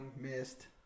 missed